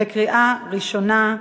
בקריאה ראשונה.